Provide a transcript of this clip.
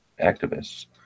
activists